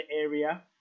area